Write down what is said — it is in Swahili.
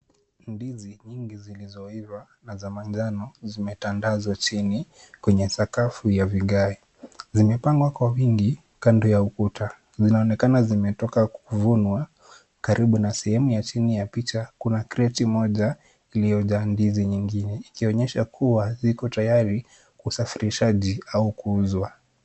Ndizi nyingi zilizoiva na manjano zimetandazwa chini kwenye sakafu ya vigae. Zimepangwa kwa wingi kando ya ukuta. Zinaonekana zimetoka kuvunwa. Karibu na sehemu ya chini ya picha, kuna kreti moja iliyojaa ndizi nyingine ikionyesha kuwa ziko tayari kwa usafirishaji au kuuzwa.